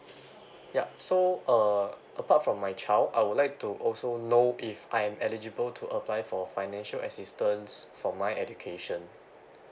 yeah so uh apart from my child I would like to also know if I'm eligible to apply for financial assistance for my education